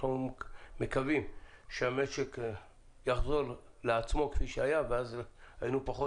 אנחנו מקווים שהמשק יחזור לעצמו כפי שהיה ואז היינו פחות